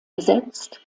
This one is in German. besetzt